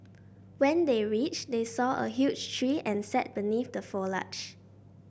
when they reached they saw a huge tree and sat beneath the foliage